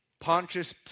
Pontius